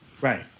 Right